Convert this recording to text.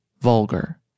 vulgar